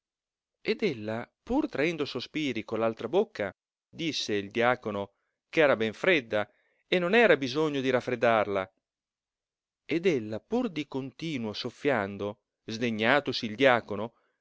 e disse il diacono ch'era ben fredda e non era bisogno di raffreddarla ed ella pur di continuo soffiando sdegnatosi il diacono